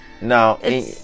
No